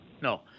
No